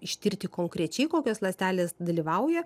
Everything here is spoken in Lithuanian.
ištirti konkrečiai kokios ląstelės dalyvauja